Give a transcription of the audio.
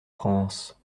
france